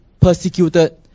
persecuted